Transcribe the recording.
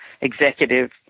executive